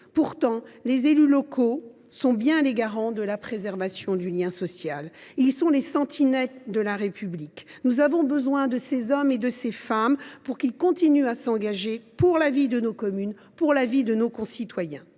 Pourtant, les élus locaux sont bien les garants de la préservation du lien social ; ils sont les sentinelles de la République. Nous avons besoin que ces femmes et ces hommes continuent de s’engager pour la vie de nos communes et de nos concitoyens.